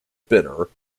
bitter